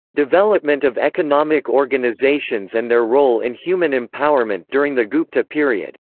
development of economic organizations and their role in human empowerment during the gupta period,